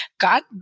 God—